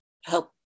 help